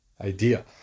idea